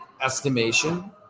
Estimation